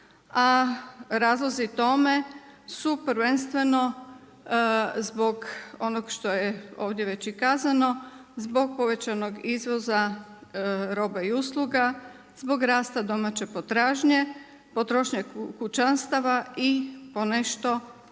a razlozi tome su prvenstveno zbog onog što je ovdje već i kazano, zbog povećanog izvoza roba i usluga, zbog rasta domaće potražnje, potrošnje kućanstava i ponešto